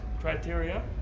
criteria